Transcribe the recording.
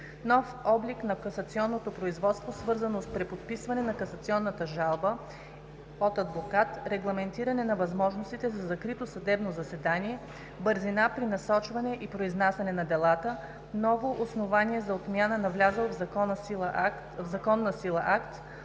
нов облик на касационното производство, свързано с преподписване на касационната жалба от адвокат, регламентиране на възможностите за закрито съдебно заседание, бързина при насрочване и произнасяне на делата; ново основание за отмяна на влязъл в законна сила акт;